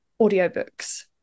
audiobooks